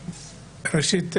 ראשית,